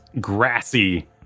grassy